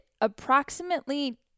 approximately